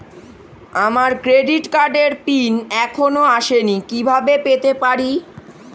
আমার ক্রেডিট কার্ডের পিন এখনো আসেনি কিভাবে পেতে পারি?